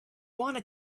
wanna